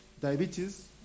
diabetes